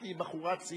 את בחורה צעירה,